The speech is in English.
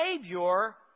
Savior